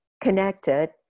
connected